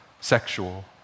sexual